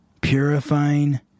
purifying